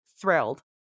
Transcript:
thrilled